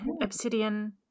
obsidian